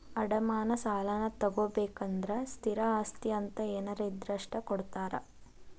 ಅಡಮಾನ ಸಾಲಾನಾ ತೊಗೋಬೇಕಂದ್ರ ಸ್ಥಿರ ಆಸ್ತಿ ಅಂತ ಏನಾರ ಇದ್ರ ಅಷ್ಟ ಕೊಡ್ತಾರಾ